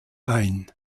ein